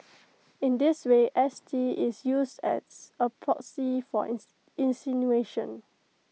in this way S T is used as A proxy for insinuation